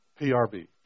PRB